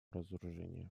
разоружения